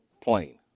plane